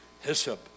hyssop